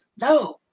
No